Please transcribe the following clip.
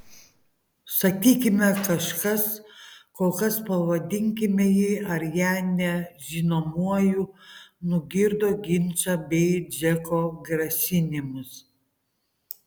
sakykime kažkas kol kas pavadinkime jį ar ją nežinomuoju nugirdo ginčą bei džeko grasinimus